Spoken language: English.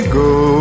go